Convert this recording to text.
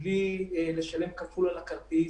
בלי לשלם כפול על הכרטיס,